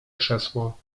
krzesło